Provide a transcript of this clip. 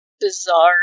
bizarre